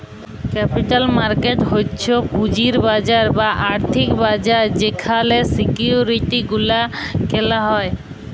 capital market হচ্ছ পুঁজির বাজার বা আর্থিক বাজার যেখালে সিকিউরিটি গুলা কেলা হ্যয়